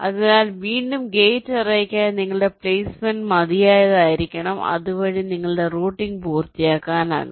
അതിനാൽ വീണ്ടും ഗേറ്റ് അറേയ്ക്കായി നിങ്ങളുടെ പ്ലെയ്സ്മെന്റ് മതിയായതായിരിക്കണം അതുവഴി നിങ്ങളുടെ റൂട്ടിംഗ് പൂർത്തിയാക്കാനാകും